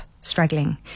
struggling